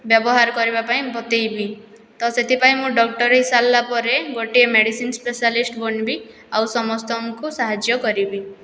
ବ୍ୟବହାର କରିବାପାଇଁ ବତେଇବି ତ ସେଥିପାଇଁ ଡକ୍ଟର ହେଇସାରିଲା ପରେ ଗୋଟେ ମେଡ଼ିସିନ୍ ସ୍ପେଶାଲିଷ୍ଟ ବନିବି ଆଉ ସମସ୍ତଙ୍କୁ ସାହାଯ୍ୟ କରିବି